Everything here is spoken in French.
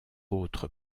autres